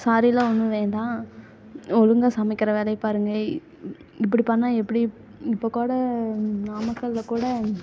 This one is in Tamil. சாரிலாம் ஒன்றும் வேண்டாம் ஒழுங்காக சமைக்கிற வேலையை பாருங்கள் இப்படி பண்ணால் எப்படி இப்போ கூட நாமக்கல்லில் கூட